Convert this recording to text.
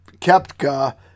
Kepka